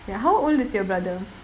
ya how old is your brother